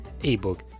ebook